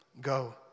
go